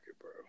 bro